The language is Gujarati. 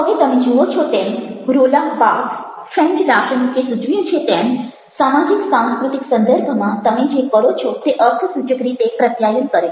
હવે તમે જુઓ છો તેમ રોલાં બાર્થ્સ ફ્રેન્ચ દાર્શનિકે સૂચવ્યું છે તેમ સામાજિક સાંસ્કૃતિક સંદર્ભમાં તમે જે કરો છો તે અર્થસૂચક રીતે પ્રત્યાયન કરે છે